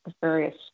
various